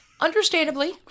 Understandably